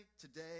today